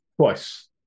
Twice